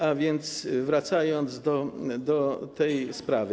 A więc, wracając do tej sprawy.